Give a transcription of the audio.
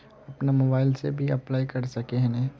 अपन मोबाईल से भी अप्लाई कर सके है नय?